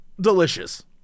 delicious